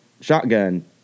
shotgun